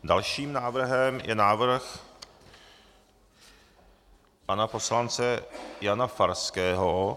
Dalším návrhem je návrh pana poslance Jana Farského.